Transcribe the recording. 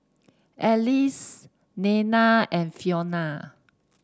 Alease Dayna and Fiona